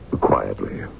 quietly